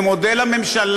אני מודה לממשלה,